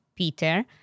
Peter